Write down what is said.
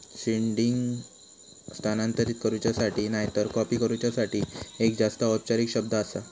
seeding स्थानांतरित करूच्यासाठी नायतर कॉपी करूच्यासाठी एक जास्त औपचारिक शब्द आसा